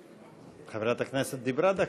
חברת הכנסת דיברה דקה,